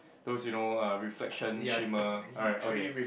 those you know uh reflection shimmer right okay